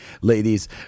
ladies